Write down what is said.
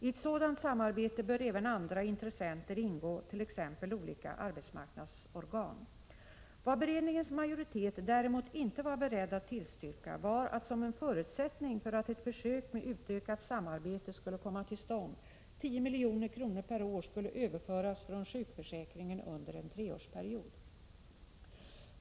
I ett sådant samarbete bör även andra intressenter ingå, t.ex. olika arbetsmarknadsorgan. Vad beredningens majoritet däremot inte var beredd att tillstyrka var att, som en förutsättning för att ett försök med utökat samarbete skulle komma till stånd, 10 milj.kr. per år skulle överföras från sjukförsäkringen under en treårsperiod.